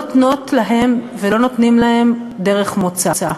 לא נותנות להם ולא נותנים להם דרך מוצא.